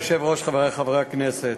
כבוד היושב-ראש, חברי חברי הכנסת,